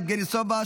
יבגני סובה,